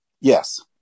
Yes